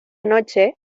noche